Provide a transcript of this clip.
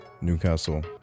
Newcastle